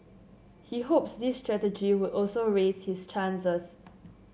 he hopes this strategy would also raise his chances